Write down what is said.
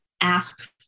ask